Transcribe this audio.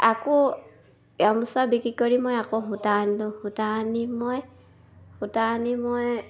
আকৌ গামোচা বিক্ৰী কৰি মই আকৌ সূতা আনিলোঁ সূতা আনি মই সূতা আনি মই